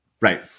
Right